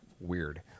weird